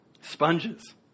Sponges